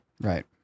right